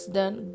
done